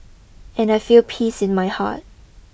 and I feel peace in my heart